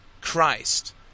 Christ